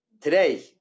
Today